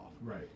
Right